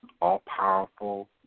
all-powerful